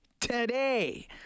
today